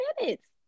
minutes